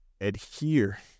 adhere